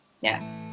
Yes